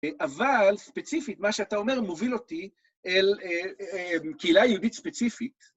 אבל ספציפית מה שאתה אומר מוביל אותי אל קהילה יהודית ספציפית.